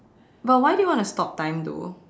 but why do you want to stop time though